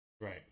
Right